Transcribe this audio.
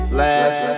last